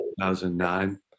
2009